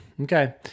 Okay